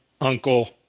uncle